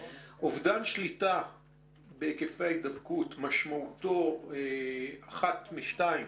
אובדן שליטה כזה משמעותו אחת משתיים: